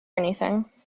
anything